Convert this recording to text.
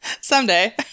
someday